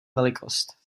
velikost